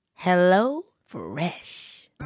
HelloFresh